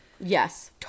Yes